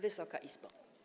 Wysoka Izbo!